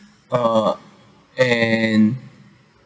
uh and